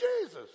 Jesus